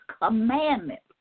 commandments